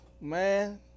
man